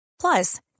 Plus